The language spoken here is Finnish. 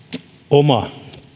oma